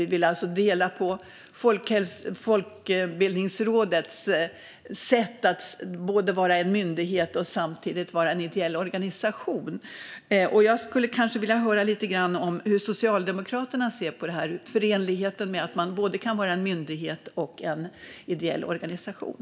Vi vill alltså dela på Folkbildningsrådet, så att det inte samtidigt är både en myndighet och en ideell organisation. Jag skulle vilja höra lite hur Socialdemokraterna ser på det. Kan man förena att vara både en myndighet och en ideell organisation?